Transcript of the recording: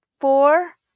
Four